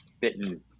bitten